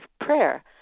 prayer